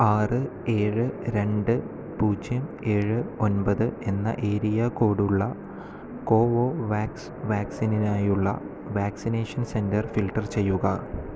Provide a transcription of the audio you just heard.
ആറ് ഏഴ് രണ്ട് പൂജ്യം ഏഴ് ഒൻപത് എന്ന ഏരിയ കോഡ് ഉള്ള കോവോവാക്സ് വാക്സിനിനായുള്ള വാക്സിനേഷൻ സെന്റർ ഫിൽട്ടർ ചെയ്യുക